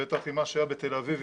בטח ממה שהיה בתל אביב,